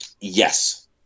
Yes